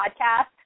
podcast